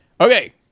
Okay